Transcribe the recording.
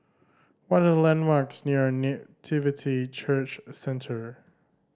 what are the landmarks near Nativity Church Centre